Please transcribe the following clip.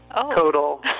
total